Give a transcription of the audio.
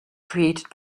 created